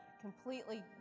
completely